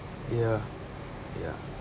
ya ya